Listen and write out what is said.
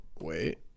Wait